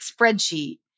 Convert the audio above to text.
spreadsheet